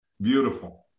Beautiful